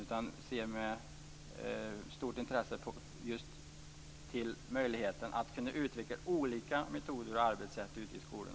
Vi ser med stort intresse på möjligheten att man skall kunna utveckla olika metoder och arbetssätt ute i skolorna.